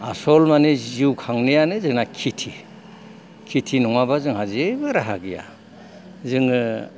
आसल माने जिउ खांनायानो जोंना खेथि खेथि नङाबा जोंहा जेबो राहा गैया जोङो